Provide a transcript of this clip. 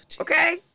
okay